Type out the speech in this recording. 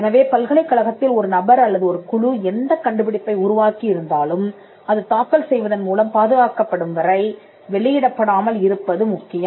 எனவே பல்கலைக்கழகத்தில் ஒரு நபர் அல்லது ஒரு குழு எந்தக் கண்டுபிடிப்பை உருவாக்கி இருந்தாலும் அது தாக்கல் செய்வதன் மூலம் பாதுகாக்கப்படும் வரை வெளியிடப்படாமல் இருப்பது முக்கியம்